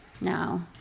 No